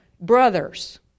brothers